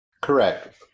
Correct